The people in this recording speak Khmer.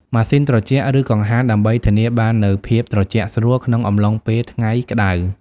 ម៉ាស៊ីនត្រជាក់ ឬកង្ហារ ដើម្បីធានាបាននូវភាពត្រជាក់ស្រួលក្នុងអំឡុងពេលថ្ងៃក្តៅ។